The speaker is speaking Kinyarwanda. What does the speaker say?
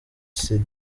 cindy